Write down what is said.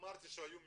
אמרתי שהיו מעורבים,